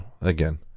again